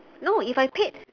no if I paid